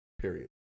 period